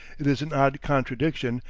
it is an odd contradiction,